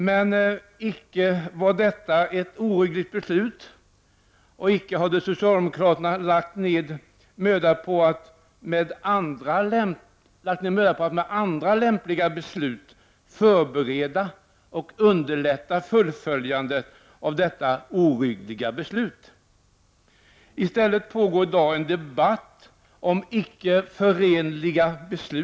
Men det var icke ett oryggligt beslut, och socialdemokraterna hade icke lagt ned möda på att med andra lämpliga beslut förbereda och underlätta fullföljandet av detta oryggliga beslut. I stället pågår i dag debatt om icke förenliga beslut.